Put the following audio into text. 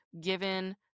given